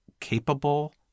capable